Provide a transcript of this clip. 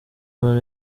man